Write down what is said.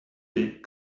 big